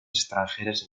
extranjeras